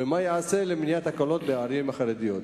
2. מה ייעשה למניעת תקלות בערים החרדיות?